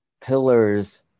pillars